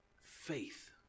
faith